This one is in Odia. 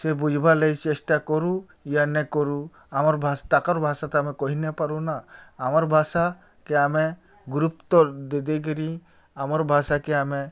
ସେ ବୁଝିବାର୍ ଲାଗି ଚେଷ୍ଟା କରୁ ୟା ନାଇ କରୁ ଆମର୍ ତାଙ୍କର ଭାଷା ତ ଆମେ କହିପାରୁନା ଆମର୍ ଭାଷା କେ ଆମେ ଗୁରୁତ୍ୱ ଦେଇ କରି ଆମର୍ ଭାଷାକେ ଆମେ